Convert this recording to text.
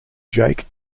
jake